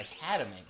Academy